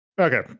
okay